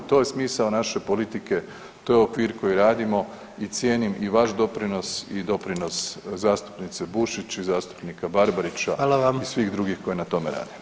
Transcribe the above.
To je smisao naše politike, to je okvir koji radimo i cijenim i vaš doprinos i doprinos zastupnice Bušić i zastupnika Barbarića i svih drugih [[Upadica: Hvala vam.]] koji na tome rade.